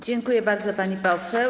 Dziękuję bardzo, pani poseł.